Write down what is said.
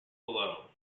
below